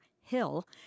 Hill